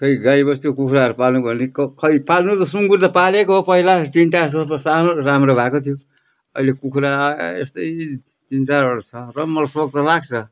खै गाईबस्तु कुखुराहरू पालौँ भनेको खै पाल्नु त सुँगुर त पालेको हो पहिला तिनवटा जस्तो त अब सानो राम्रो भएको थियो अहिले कुखुरा यस्तै तिन चारवटा छ र मोलफोक त लाग्छ